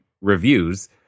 reviews